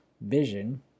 vision